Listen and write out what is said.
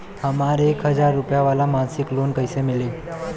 हमरा एक हज़ार रुपया वाला मासिक लोन कईसे मिली?